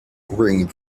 wearing